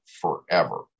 forever